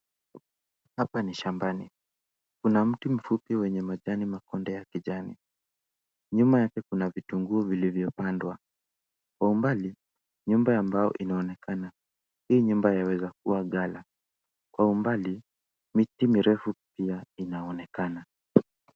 Hapa ni shambani. Kuna mti mfupi wenye majani makonde ya kijani. Nyuma yake kuna vitunguu vilivyopandwa. Kwa umbali, nyumba ya mbao inaonekana. Hii nyumba yaweza kuwa ghala. Kwa umbali, miti mirefu pia inaonekana.